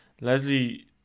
Leslie